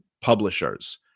publishers